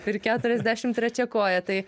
ir keturiasdešimt trečia koja tai